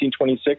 1926